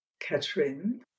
Katrin